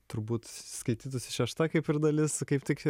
turbūt skaitytųsi šešta kaip ir dalis kaip tik